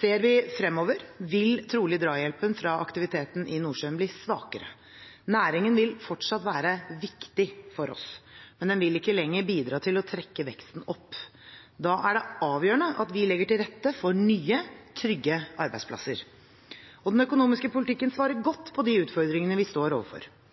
Ser vi fremover, vil trolig drahjelpen fra aktiviteten i Nordsjøen bli svakere. Næringen vil fortsatt være viktig for oss, men den vil ikke lenger bidra til å trekke veksten opp. Da er det avgjørende at vi legger til rette for nye, trygge arbeidsplasser. Den økonomiske politikken svarer godt på de utfordringene vi står overfor.